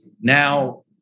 Now